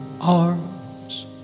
arms